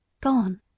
Gone